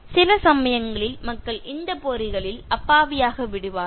சில சமயங்களில் மக்கள் இந்த பொறிகளில் அப்பாவியாக விடுவார்கள்